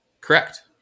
Correct